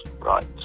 right